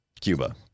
Cuba